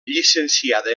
llicenciada